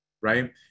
right